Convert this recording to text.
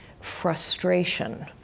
frustration